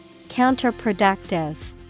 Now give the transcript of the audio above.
Counterproductive